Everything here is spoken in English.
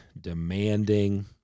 demanding